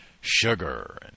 sugar